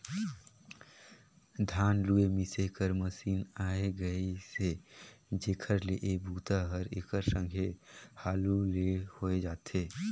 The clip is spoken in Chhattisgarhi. धान लूए मिसे कर मसीन आए गेइसे जेखर ले ए बूता हर एकर संघे हालू ले होए जाथे